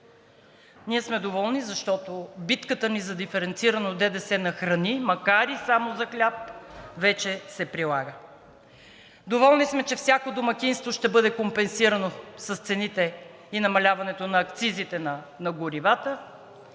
Ние сме доволни, защото битката ни за диференцирано ДДС на храни, макар и само за хляб, вече се прилага. Доволни сме, че всяко домакинство ще бъде компенсирано с цените и намаляването на акцизите на горивата